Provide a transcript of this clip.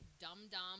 dumb-dumb